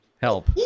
help